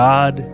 God